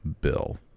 bill